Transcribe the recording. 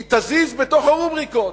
היא תזיז בתוך הרובריקות.